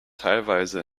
teilweise